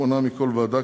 שמונה מכל ועדה,